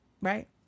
right